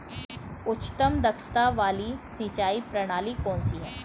उच्चतम दक्षता वाली सिंचाई प्रणाली कौन सी है?